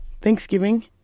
Thanksgiving